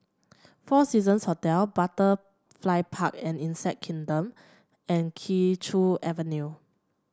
Four Seasons Hotel Butterfly Park and Insect Kingdom and Kee Choe Avenue